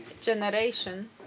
generation